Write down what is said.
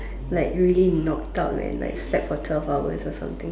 like really knock out man like slept for twelve hours or something